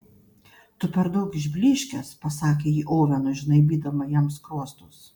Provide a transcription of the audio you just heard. tu per daug išblyškęs pasakė ji ovenui žnaibydama jam skruostus